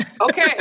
Okay